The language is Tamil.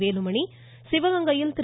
வேலுமணியும் சிவகங்கையில் திரு